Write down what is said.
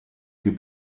qui